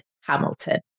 Hamilton